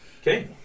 Okay